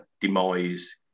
demise